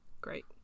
Great